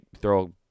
throw